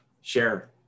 share